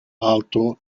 alto